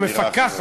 המפקחת.